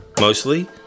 mostly